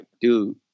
dude